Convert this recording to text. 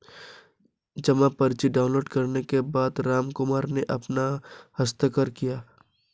जमा पर्ची डाउनलोड करने के बाद रामकुमार ने अपना हस्ताक्षर किया